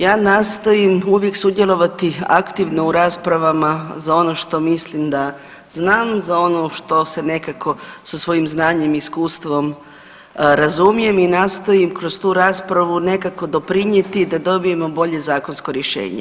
Ja nastojim uvijek sudjelovati aktivno u raspravama za ono što mislim da znam, za ono što se nekako sa svojim znanjem i iskustvom razumijem i nastojim kroz tu raspravu nekako doprinijeti da dobijemo bolje zakonsko rješenje.